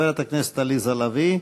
חברת הכנסת עליזה לביא,